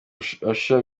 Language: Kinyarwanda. usher